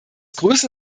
größen